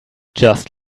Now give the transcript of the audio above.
just